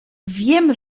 wiem